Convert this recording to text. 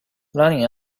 running